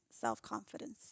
self-confidence